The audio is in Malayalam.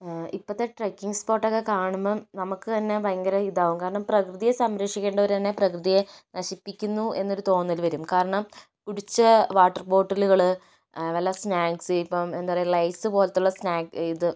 ഇപ്പോഴത്തെ ട്രെക്കിംഗ് സ്പോർട്ട് ഒക്കെ കാണുമ്പോൾ നമുക്ക് തന്നെ ഭയങ്കര ഇതാകും കാരണം പ്രകൃതിയെ സംരക്ഷിക്കണ്ടവരുതന്നെ പ്രകൃതിയെ നശിപ്പിക്കുന്നു എന്നൊരു തോന്നല് വരും കാരണം കുടിച്ച വാട്ടർ ബോട്ടിലുകള് വല്ല സ്നാക്ക്സ് ഇപ്പം എന്താ പറയുക ലെയ്സ് പോലത്തുള്ള സ്നാക് ഇത്